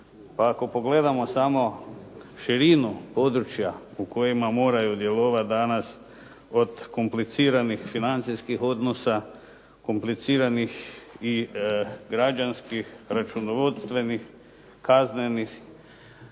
pa ako pogledamo samo širinu područja u kojima moraju djelovati danas od kompliciranih financijskih odnosa, kompliciranih i građanskih, računovodstvenih, kaznenih.